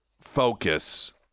focus